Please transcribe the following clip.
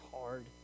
hard